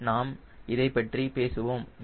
நாம் இதைப்பற்றி பேசுவோம்